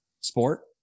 sport